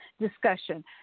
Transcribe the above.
discussion